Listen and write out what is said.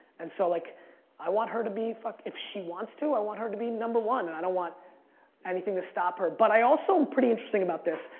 and so, like i want her to be, if if she wants to, i want her to be number one and i don't want anything to stop her but i also, pretty interesting about this,